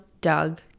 Doug